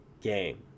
game